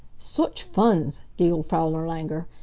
sooch funs! giggled frau nirlanger,